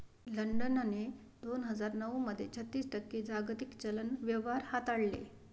लंडनने दोन हजार नऊ मध्ये छत्तीस टक्के जागतिक चलन व्यवहार हाताळले